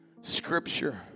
scripture